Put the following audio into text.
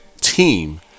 team